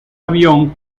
avión